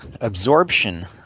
absorption